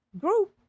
Group